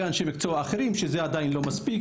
אנשי מקצוע אחרים שזה עדיין לא מספיק,